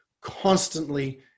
constantly